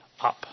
up